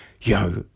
yo